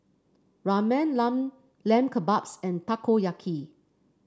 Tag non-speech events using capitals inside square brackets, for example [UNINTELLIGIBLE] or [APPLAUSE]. Ramen [UNINTELLIGIBLE] Lamb Kebabs and Takoyaki